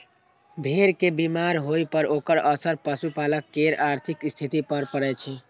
भेड़ के बीमार होइ पर ओकर असर पशुपालक केर आर्थिक स्थिति पर पड़ै छै